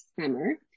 summer